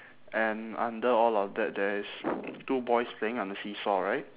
and under all of that there is two boys playing on the seesaw right